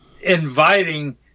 inviting